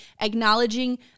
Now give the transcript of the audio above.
acknowledging